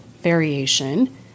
variation